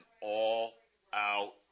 all-out